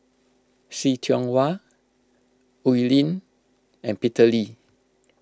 See Tiong Wah Oi Lin and Peter Lee